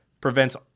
prevents